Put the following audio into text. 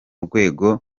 rwego